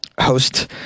host